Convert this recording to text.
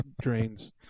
drains